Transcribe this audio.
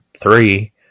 three